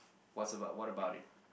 what's about what about it